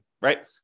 right